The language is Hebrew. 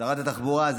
שרת התחבורה,